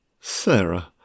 Sarah